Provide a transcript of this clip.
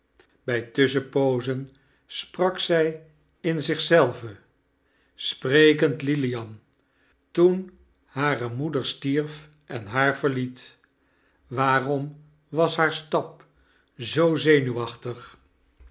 bij tussehenpooaen sprak zij in zich zelve sprekend lilian toen hare moeder stierf en haar verliet waarom was haar stap zoo zenuwachtig